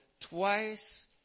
twice